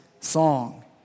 song